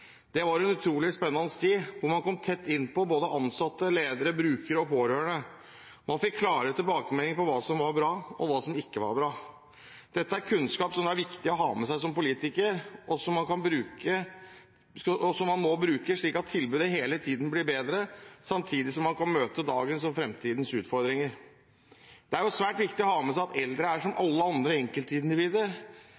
Det var en utrolig spennende tid, og jeg kom tett inn på både ansatte, ledere, brukere og pårørende. Jeg fikk klare tilbakemeldinger om hva som var bra, og hva som ikke var bra. Dette er kunnskap det er viktig å ha med seg som politiker, og som man må bruke slik at tilbudet hele tiden blir bedre, samtidig som man kan møte dagens og fremtidens utfordringer. Det er svært viktig å ha med seg at eldre, som alle andre, er enkeltindivider